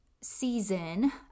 season